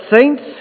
saints